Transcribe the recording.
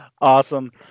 Awesome